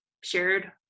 shared